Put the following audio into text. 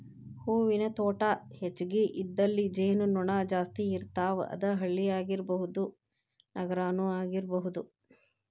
ಹೂವಿನ ತೋಟಾ ಹೆಚಗಿ ಇದ್ದಲ್ಲಿ ಜೇನು ನೊಣಾ ಜಾಸ್ತಿ ಇರ್ತಾವ, ಅದ ಹಳ್ಳಿ ಆಗಿರಬಹುದ ನಗರಾನು ಆಗಿರಬಹುದು